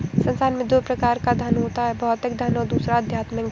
संसार में दो प्रकार का धन होता है भौतिक धन और दूसरा आध्यात्मिक धन